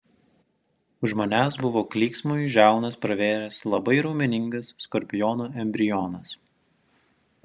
už manęs buvo klyksmui žiaunas pravėręs labai raumeningas skorpiono embrionas